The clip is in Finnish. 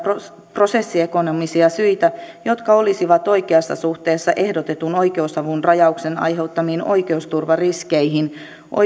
prosessiekonomisia syitä jotka olisivat oikeassa suhteessa ehdotetun oikeusavun rajauksen aiheuttamiin oikeusturvariskeihin